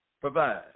provide